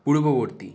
পূর্ববর্তী